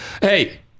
Hey